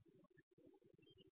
ൽ ഉണ്ട്